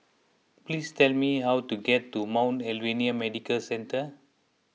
please tell me how to get to Mount Alvernia Medical Centre